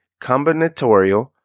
combinatorial